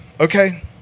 okay